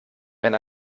wenn